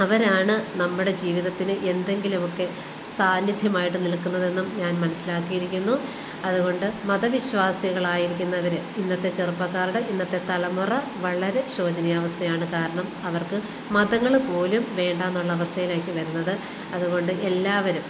അവരാണ് നമ്മുടെ ജീവിതത്തിന് എന്തെങ്കിലുവൊക്കെ സാന്നിധ്യമായിട്ട് നിൽക്കുന്നതെന്നും ഞാൻ മനസിലാക്കിയിരിക്കുന്നു അത് കൊണ്ട് മതവിശ്വാസികളായിരിക്കുന്നവര് ഇന്നത്തെ ചെറുപ്പകാരുടെ ഇന്നത്തെ തലമുറ വളരെ ശോചനീയാവസ്ഥയാണ് കാരണം അവർക്ക് മതങ്ങള് പോലും വേണ്ട എന്നുള്ള അവസ്ഥയിലേക്ക് വരുന്നത് അതുകൊണ്ട് എല്ലാവരും